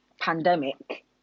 pandemic